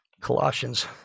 Colossians